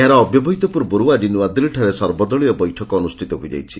ଏହାର ଅବ୍ୟବହିତ ପୂର୍ବରୁ ଆକି ନୁଆଦିଲ୍ଲୀଠାରେ ସର୍ବଦଳୀୟ ବୈଠକ ଅନୁଷିତ ହୋଇଯାଇଛି